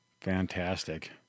Fantastic